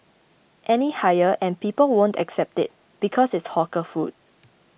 any higher and people won't accept it because it's hawker food